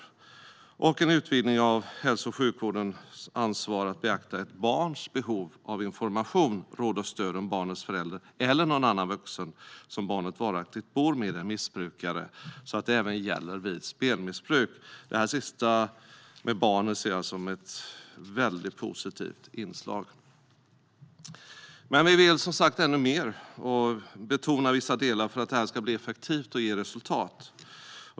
Det innebär också en utvidgning av hälso och sjukvårdens ansvar att beakta ett barns behov av information, råd och stöd om barnets förälder, eller någon annan vuxen som barnet varaktigt bor med, är missbrukare. Det gäller alltså även vid spelmissbruk. Det här sista med barnen ser jag som ett väldigt positivt inslag. Men vi vill ännu mer betona vissa delar för att det här ska bli effektivt och ge resultat.